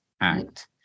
Act